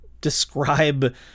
describe